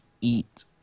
eat